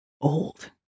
old